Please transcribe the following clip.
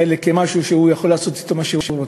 כמשהו שהוא יכול לעשות אתו מה שהוא רוצה,